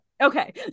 Okay